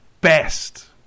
best